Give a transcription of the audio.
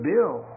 Bill